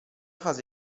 fase